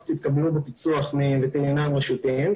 התקבלו בפיצו"ח מווטרינרים רשותיים,